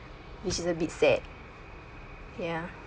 which is a bit sad ya